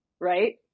right